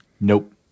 Nope